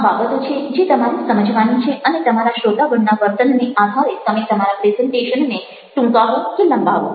આ બાબતો છે જે તમારે સમજવાની છે અને તમારા શ્રોતાગણના વર્તનને આધારે તમે તમારા પ્રેઝન્ટેશનને ટૂંકાવો કે લંબાવો